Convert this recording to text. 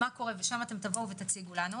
ושם תציגו לנו,